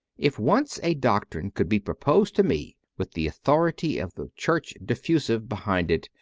if once a doctrine could be proposed to me with the authority of the church diffusive behind it,